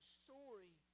story